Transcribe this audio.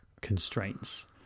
constraints